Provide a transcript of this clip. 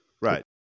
Right